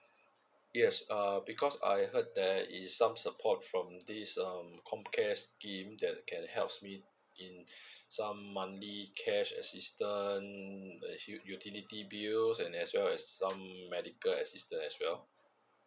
yes um because I heard there is some support from this um comcare scheme that can helps me in some monthly cash assistance um utility bills and as well as some medical assistance as well